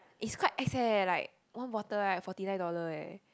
it's quite ex eh like one bottle right forty nine dollar eh